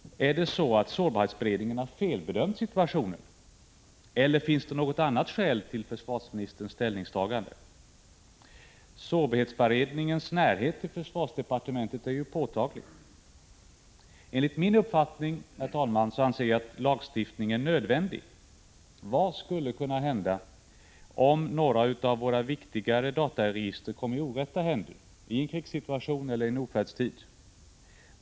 Har sårbarhetsberedningen felbedömt situationen, eller finns det något annat skäl till försvarsministerns ställningstagande? Sårbarhetsberedningens närhet till försvarsdepartementet är påtaglig. Enligt min uppfattning, herr talman, är lagstiftning nödvändig. Vad skulle kunna hända om några av våra viktigare dataregister kom i orätta händer i en krigssituation eller i en ofärdstid?